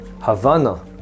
Havana